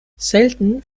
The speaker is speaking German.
selten